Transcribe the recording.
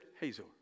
Hazor